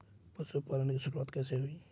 पशुपालन की शुरुआत कैसे हुई?